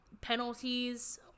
penalties